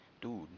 dude